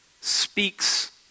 speaks